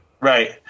Right